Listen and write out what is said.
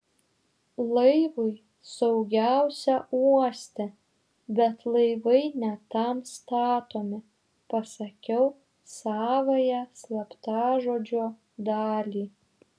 laivui saugiausia uoste bet laivai ne tam statomi pasakiau savąją slaptažodžio dalį